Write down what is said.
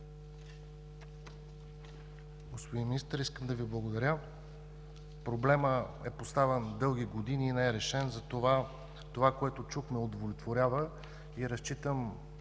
Господин Министър, искам да Ви благодаря. Проблемът е поставян дълги години и не е решен. Това, което чухме, удовлетворява. Разчитам,